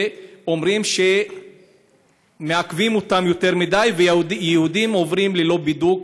ואומרים שמעכבים אותם ויהודים עוברים ללא בידוק